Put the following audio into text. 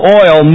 oil